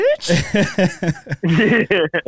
bitch